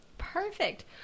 Perfect